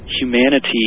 humanity